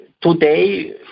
today